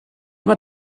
mae